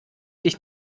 dich